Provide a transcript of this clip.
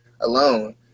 alone